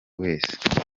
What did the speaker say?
wese